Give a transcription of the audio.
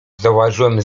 zauważyłem